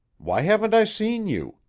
why haven't i seen you?